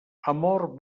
amor